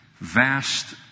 vast